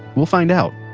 we'll find out,